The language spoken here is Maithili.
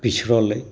पिछड़ल अछि